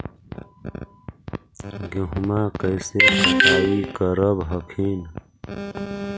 गेहुमा कैसे कटाई करब हखिन?